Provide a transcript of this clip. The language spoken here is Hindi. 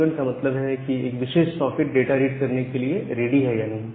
इवेंट का मतलब यह है कि एक विशेष सॉकेट डाटा रीड करने के लिए रेडी है या नहीं